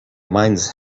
mines